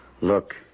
look